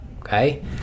okay